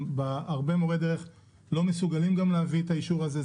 הרבה מורי דרך לא מסוגלים להביא את האישור הזה,